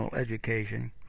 education